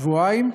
שבועיים,